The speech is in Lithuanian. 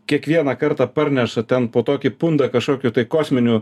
kiekvieną kartą parneša ten po tokį pundą kažkokių tai kosminių